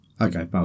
Okay